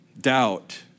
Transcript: Doubt